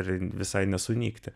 ir visai nesunykti